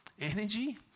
energy